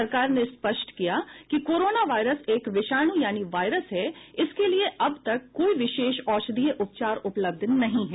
सरकार ने स्पष्ट किया है कि कोरोना वायरस एक विषाणु यानी वायरस है और इसके लिए अब तक कोई विशेष औषधीय उपचार उपलब्ध नहीं है